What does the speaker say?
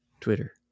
Twitter